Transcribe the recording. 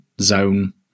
zone